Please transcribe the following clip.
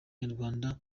nyarwanda